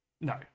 no